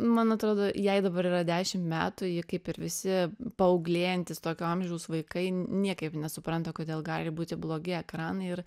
man atrodo jai dabar yra dešimt metų ji kaip ir visi paauglėjantys tokio amžiaus vaikai niekaip nesupranta kodėl gali būti blogi ekranai ir